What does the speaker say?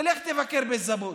תלך תבקר בזבוד.